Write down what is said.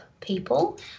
people